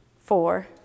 four